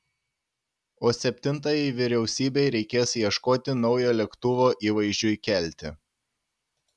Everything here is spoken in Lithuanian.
o septintajai vyriausybei reikės ieškoti naujo lėktuvo įvaizdžiui kelti